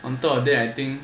on top of that I think